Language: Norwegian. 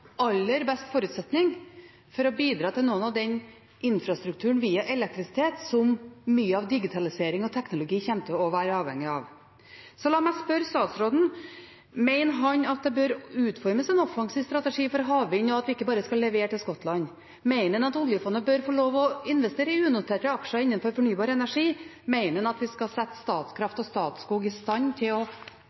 aller best forutsetning for å bidra til noe av den infrastrukturen via elektrisitet, som mye av digitalisering og teknologi kommer til være avhengig av. La meg spørre statsråden: Mener han at det bør utformes en offensiv strategi for havvind, og at vi ikke bare skal levere til Skottland? Mener han at oljefondet bør få lov å investere i unoterte aksjer innenfor fornybar energi? Mener han at vi skal sette Statkraft og Statskog i stand til å